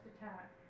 attack